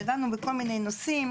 ודנו בכל מיני נשואים,